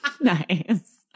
Nice